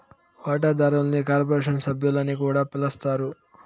వాటాదారుల్ని కార్పొరేషన్ సభ్యులని కూడా పిలస్తారు